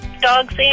dogs